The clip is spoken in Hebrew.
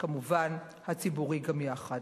וכמובן הציבורי גם יחד.